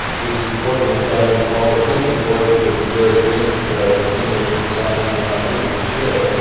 this report from the academy, called the fink report because gerry fink, a distinguished scientist at mit, was the chair,